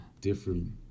different